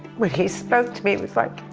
when he spoke to me, it was, like,